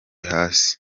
hasi